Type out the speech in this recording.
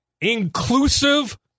Inclusive